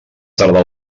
tarda